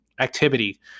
activity